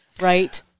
right